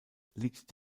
liegt